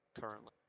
currently